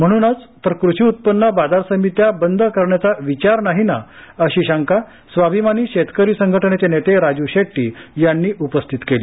म्हणूनच तरकृषी उत्पन्न बाजार समित्या बंद करण्याचा विचार नाही ना अशी शंका स्वाभिमानी शेतकरी संघटनेचे नेते राजू शेट्टी यांनी उपस्थितकेली